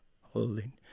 holding